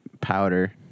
powder